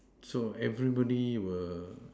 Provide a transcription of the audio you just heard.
so everybody were